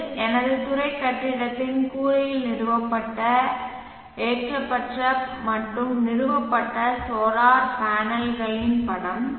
இது எனது துறை கட்டிடத்தின் கூரையில் நிறுவப்பட்ட ஏற்றப்பட்ட மற்றும் நிறுவப்பட்ட சோலார் பேனல்களின் படம்